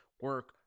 Work